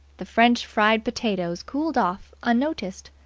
the french fried potatoes cooled off, unnoticed.